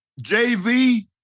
Jay-Z